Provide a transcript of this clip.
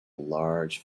large